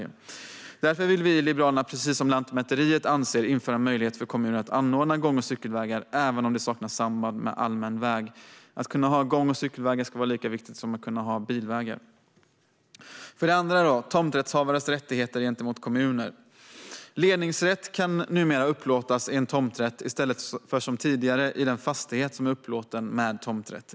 Därför vill vi i Liberalerna, precis som Lantmäteriet anser att man ska göra, införa en möjlighet för kommuner att anordna gång och cykelvägar även om det saknar samband med allmän väg. Att kunna ha gång och cykelvägar ska vara lika viktigt som att kunna ha bilvägar. För det andra handlar det om tomträttshavares rättigheter gentemot kommuner. Ledningsrätt kan numera upplåtas i en tomträtt i stället för som tidigare i den fastighet som är upplåten med tomträtt.